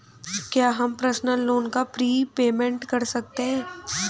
क्या हम personal loan का प्रीपेमेंट कर सकते हैं?